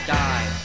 die